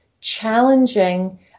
challenging